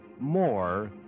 more